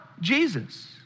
Jesus